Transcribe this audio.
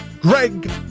Greg